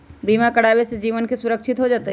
बीमा करावे से जीवन के सुरक्षित हो जतई?